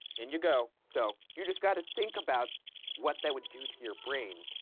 in you go. so you just gotta think about what that would do to your brain.